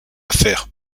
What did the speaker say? faire